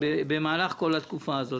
במהלך כל התקופה הזאת,